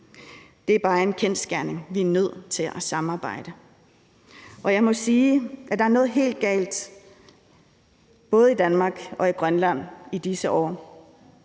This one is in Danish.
Det er bare en kendsgerning. Vi er nødt til at samarbejde. Jeg må sige, at der er noget helt galt både i Danmark og i Grønland i disse år.